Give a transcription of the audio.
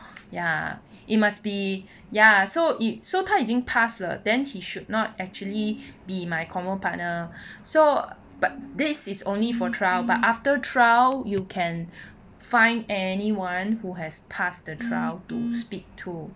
ya it must be ya so it so 他已经 pass liao then he should not actually be my convo partner so but this is only for trial but after trial you can find anyone who has passed the trial to speak to